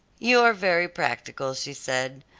you are very practical, she said.